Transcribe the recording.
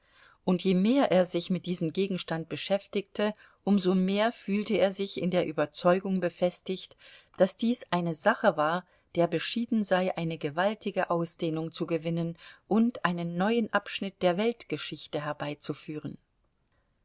und je mehr er sich mit diesem gegenstand beschäftigte um so mehr fühlte er sich in der überzeugung befestigt daß dies eine sache war der beschieden sei eine gewaltige ausdehnung zu gewinnen und einen neuen abschnitt der weltgeschichte herbeizuführen